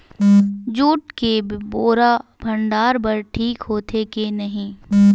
Jute के बोरा भंडारण बर ठीक होथे के नहीं?